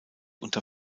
unter